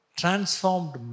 transformed